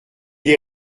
des